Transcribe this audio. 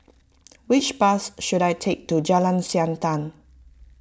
which bus should I take to Jalan Siantan